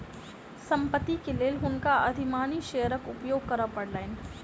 संपत्ति के लेल हुनका अधिमानी शेयरक उपयोग करय पड़लैन